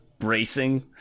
racing